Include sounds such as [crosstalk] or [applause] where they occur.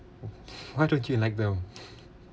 [breath] [laughs] why don't you like them